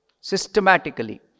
systematically